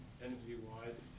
energy-wise